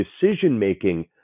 decision-making